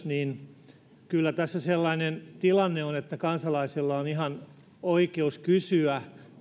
niin kyllä tässä sellainen tilanne on että kansalaisilla on ihan oikeus kysyä